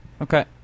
Okay